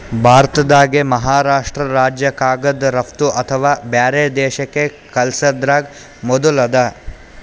ಭಾರತ್ದಾಗೆ ಮಹಾರಾಷ್ರ್ಟ ರಾಜ್ಯ ಕಾಗದ್ ರಫ್ತು ಅಥವಾ ಬ್ಯಾರೆ ದೇಶಕ್ಕ್ ಕಲ್ಸದ್ರಾಗ್ ಮೊದುಲ್ ಅದ